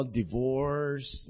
divorce